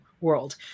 world